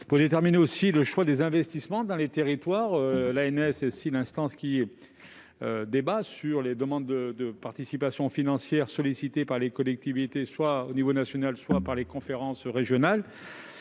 et déterminer les choix d'investissement dans les territoires. L'ANS est ainsi l'instance qui débat sur les demandes de participation financière des collectivités, soit au niveau national, soit au niveau des conférences régionales.